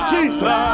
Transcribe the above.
Jesus